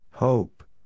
Hope